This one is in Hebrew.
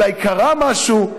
אולי קרה משהו.